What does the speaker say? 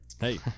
Hey